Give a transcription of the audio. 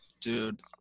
Dude